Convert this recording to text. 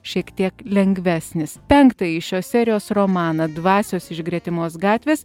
šiek tiek lengvesnis penktąjį šios serijos romaną dvasios iš gretimos gatvės